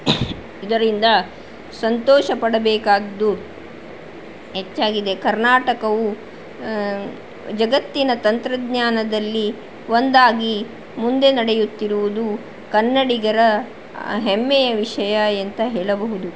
ಇದರಿಂದ ಸಂತೋಷ ಪಡಬೇಕಾಗಿದ್ದು ಹೆಚ್ಚಾಗಿದೆ ಕರ್ನಾಟಕವು ಜಗತ್ತಿನ ತಂತ್ರಜ್ಞಾನದಲ್ಲಿ ಒಂದಾಗಿ ಮುಂದೆ ನಡೆಯುತ್ತಿರುವುದು ಕನ್ನಡಿಗರ ಹೆಮ್ಮೆಯ ವಿಷಯ ಎಂತ ಹೇಳಬಹುದು